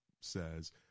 says